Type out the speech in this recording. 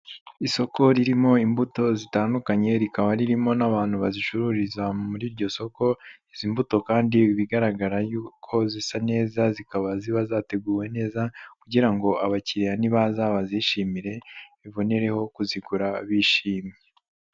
Isoko ririmo imbuto zitandukanye rikaba ririmo n'abantu bazicururiza muri iryo soko, izi mbuto kandi bigaragara yuko zisa neza zikaba ziba zateguwe neza kugira ngo abakiriya nibaza bazishimire bibonereho kuzigura bishimye.